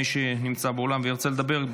מי שנמצא באולם וירצה לדבר,